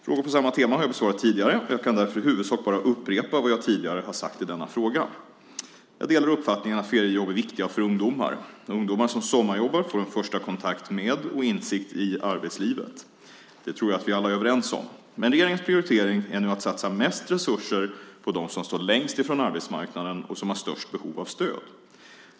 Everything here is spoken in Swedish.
Frågor på samma tema har jag besvarat tidigare och jag kan därför i huvudsak bara upprepa vad jag tidigare har sagt i denna fråga. Jag delar uppfattningen att feriejobb är viktiga för ungdomar. Ungdomar som sommarjobbar får en första kontakt med och insikt i arbetslivet. Det tror jag vi alla är överens om. Men regeringens prioritering är nu att satsa mest resurser på dem som står längst ifrån arbetsmarknaden och som har störst behov av stöd.